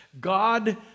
God